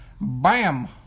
bam